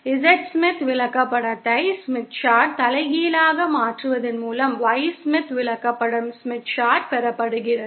Z Smith விளக்கப்படத்தை தலைகீழாக மாற்றுவதன் மூலம் Y ஸ்மித் விளக்கப்படம் பெறப்படுகிறது